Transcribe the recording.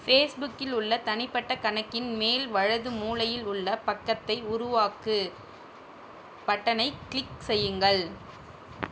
ஃபேஸ்புக்கில் உள்ள தனிப்பட்ட கணக்கின் மேல் வலது மூலையில் உள்ள பக்கத்தை உருவாக்கு பட்டனைக் க்ளிக் செய்யுங்கள்